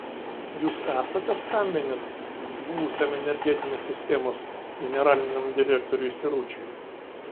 jūs esate skambinęs buvusiam energetinės sistemos generaliniam direktoriui siručiui